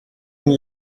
une